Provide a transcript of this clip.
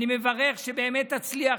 אני מברך שבאמת תצליח,